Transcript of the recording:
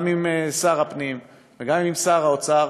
גם עם שר הפנים וגם עם שר האוצר,